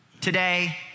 Today